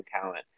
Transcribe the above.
talent